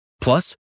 Plus